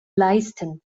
leisten